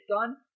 done